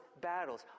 battles